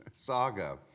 saga